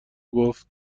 گفت